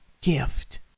gift